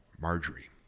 Marjorie